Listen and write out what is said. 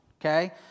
okay